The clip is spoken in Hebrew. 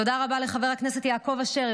תודה רבה לחבר הכנסת יעקב אשר,